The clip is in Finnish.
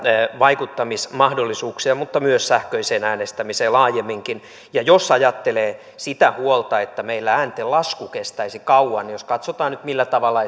vaikuttamismahdollisuuksia mutta myös sähköiseen äänestämiseen laajemminkin jos ajattelee sitä huolta että meillä ääntenlasku kestäisi kauan jos katsotaan nyt millä tavalla